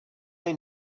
just